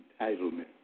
entitlement